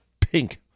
pink